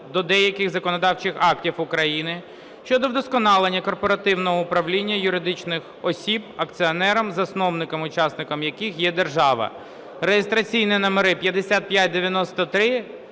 до деяких законодавчих актів України щодо вдосконалення корпоративного управління юридичних осіб, акціонером (засновником, учасником) яких є держава (реєстраційний номери 5593,